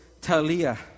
Talia